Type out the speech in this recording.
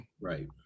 Right